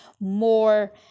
more